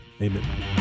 Amen